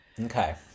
Okay